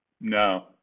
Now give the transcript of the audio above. No